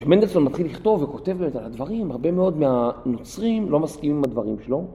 מנדלסון מתחיל לכתוב וכותב באמת על הדברים, הרבה מאוד מהנוצרים לא מסכימים עם הדברים שלו.